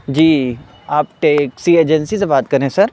جی آپ taxi agency سے بات کر رہے ہیں سر